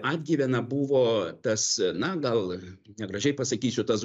atgyvena buvo tas na gal negražiai pasakysiu tas